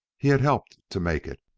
he had helped to make it.